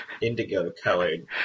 indigo-colored